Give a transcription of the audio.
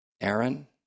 Aaron